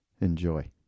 Enjoy